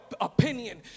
opinion